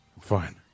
fine